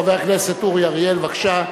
חבר הכנסת אורי אריאל, בבקשה.